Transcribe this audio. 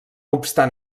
obstant